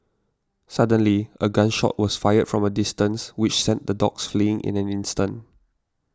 suddenly a gun shot was fired from a distance which sent the dogs fleeing in an instant